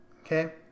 Okay